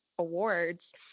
awards